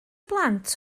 blant